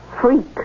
freak